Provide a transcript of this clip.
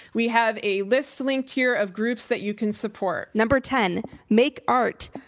we have a list linked here of groups that you can support. number ten make art.